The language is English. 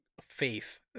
faith